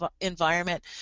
environment